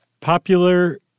Popular